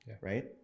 right